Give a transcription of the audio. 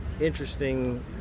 interesting